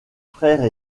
frères